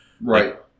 Right